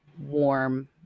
warm